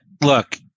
Look